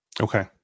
Okay